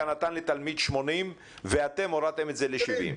נתן לתלמיד 80 ואתם הורדתם את זה ל-70?